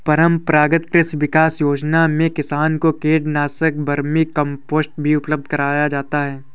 परम्परागत कृषि विकास योजना में किसान को कीटनाशक, वर्मीकम्पोस्ट भी उपलब्ध कराया जाता है